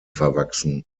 verwachsen